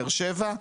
באר שבע,